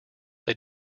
they